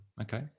Okay